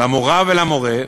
למורה ולמורה,